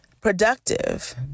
productive